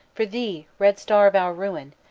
for thee, red star of our ruin,